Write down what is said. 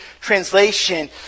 translation